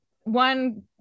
one